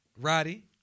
Roddy